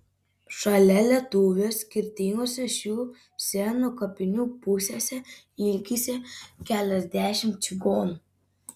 šalia lietuvių skirtingose šių senų kapinių pusėse ilsisi keliasdešimt čigonų